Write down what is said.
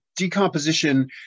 Decomposition